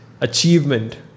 achievement